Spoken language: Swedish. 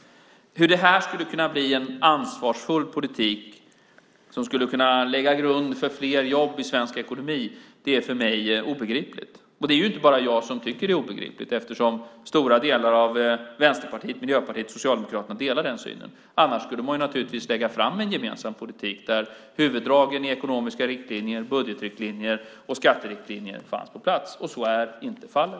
Hur det skulle kunna bli en ansvarsfull politik som kan lägga grund för fler jobb i svensk ekonomi är obegripligt för mig. Det är ju inte bara jag som tycker att det är obegripligt. Stora delar av Vänsterpartiet, Miljöpartiet och Socialdemokraterna delar den synen. Annars skulle man naturligtvis lägga fram en gemensam politik där huvuddragen i ekonomiska riktlinjer, budgetriktlinjer och skatteriktlinjer fanns på plats. Så är inte fallet.